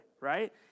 right